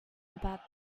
about